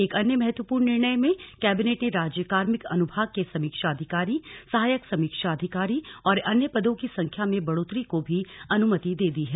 एक अन्य महत्वपूर्ण निर्णय में कैबिनेट ने राज्य कार्मिक अनुभाग के समीक्षा अधिकारी सहायक समीक्षा अधिकारी और अन्य पदों की संख्या में बढ़ोतरी को भी अनुमति दे दी है